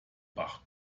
bach